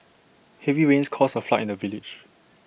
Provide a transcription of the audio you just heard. heavy rains caused A flood in the village